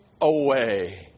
away